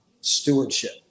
stewardship